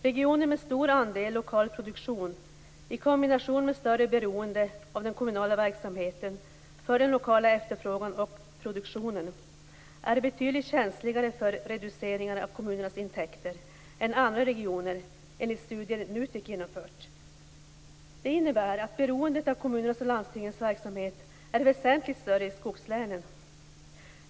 Regioner med stor andel lokal produktion i kombination med större beroende av den kommunala verksamheten för den lokala efterfrågan och produktionen är betydligt känsligare för reduceringar av kommunernas intäkter än andra regioner, enligt studier NUTEK genomfört. Det innebär att beroendet av kommunernas och landstingens verksamhet är väsentligt större i skogslänen.